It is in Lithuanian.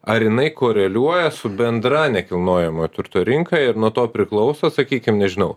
ar jinai koreliuoja su bendra nekilnojamojo turto rinka ir nuo to priklauso sakykim nežinau